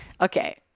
Okay